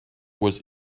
was